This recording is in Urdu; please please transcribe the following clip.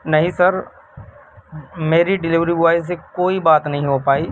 نہیں سر میری ڈیلیوری بوائے سے کوئی بات نہیں ہو پائی